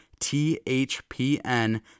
THPN